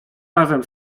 razem